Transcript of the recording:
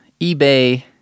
eBay